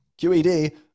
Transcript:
QED